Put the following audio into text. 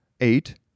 eight